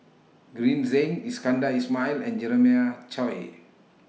Green Zeng Iskandar Ismail and Jeremiah Choy